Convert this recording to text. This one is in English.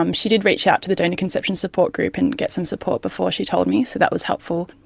um she did reach out to the donor conception support group and get some support before she told me, so that was helpful.